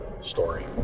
story